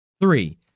Three